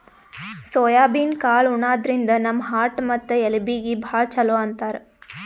soybean ಕಾಳ್ ಉಣಾದ್ರಿನ್ದ ನಮ್ ಹಾರ್ಟ್ ಮತ್ತ್ ಎಲಬೀಗಿ ಭಾಳ್ ಛಲೋ ಅಂತಾರ್